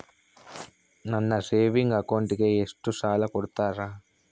ನನ್ನ ಸೇವಿಂಗ್ ಅಕೌಂಟಿಗೆ ಎಷ್ಟು ಸಾಲ ಕೊಡ್ತಾರ?